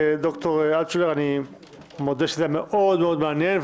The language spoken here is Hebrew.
אני מודה שזה היה מאוד-מאוד מעניין,